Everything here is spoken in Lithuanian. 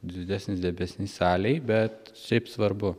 didesnis dėmesys salei bet šiaip svarbu